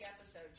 episode